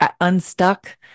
unstuck